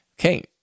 Okay